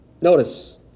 Notice